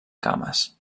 cames